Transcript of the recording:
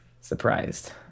surprised